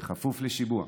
בכפוף לשימוע,